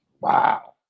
Wow